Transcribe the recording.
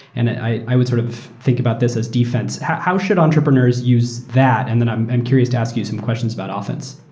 and i i would sort of think about this as defense. how how should entrepreneurs use that? and then i'm curious to ask you some questions about offense.